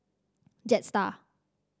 Jetstar